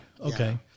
Okay